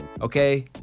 Okay